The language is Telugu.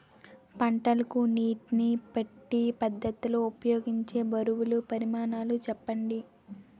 పంటలకు నీటినీ పెట్టే పద్ధతి లో ఉపయోగించే బరువుల పరిమాణాలు చెప్పండి?